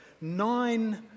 Nine